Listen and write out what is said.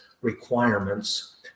requirements